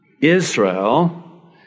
Israel